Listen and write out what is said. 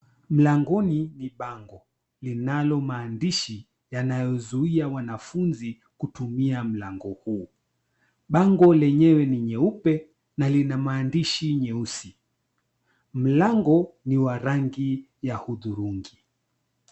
Mlangoni ni bango linalo maandishi yanayozuia wanafunzi kutumia mlango huu. Bango lenyewe ni nyeupe na lina maandishi nyeusi. Mlango ni wa rangi ya hudhurungi.